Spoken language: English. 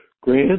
Grant